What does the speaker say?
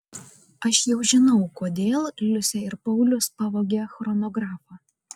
aš jau žinau kodėl liusė ir paulius pavogė chronografą